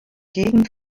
gegend